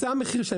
זה המחיר.